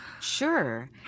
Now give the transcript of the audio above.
sure